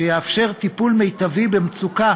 שיאפשר טיפול מיטבי במצוקה